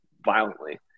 violently